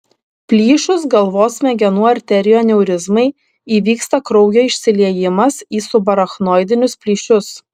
plyšus galvos smegenų arterijų aneurizmai įvyksta kraujo išsiliejimas į subarachnoidinius plyšius